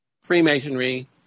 Freemasonry